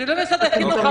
זה לא משרד החינוך.